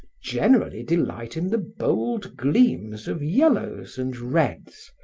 generally delight in the bold gleams of yellows and reds,